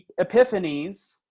epiphanies